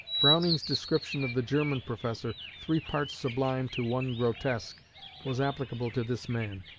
browning's description of the german professor, three parts sublime to one grotesque was applicable to this man.